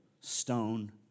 stone